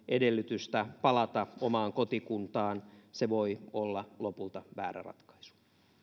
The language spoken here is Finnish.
edellytystä palata omaan kotikuntaan se voi olla lopulta väärä ratkaisu